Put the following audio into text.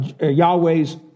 Yahweh's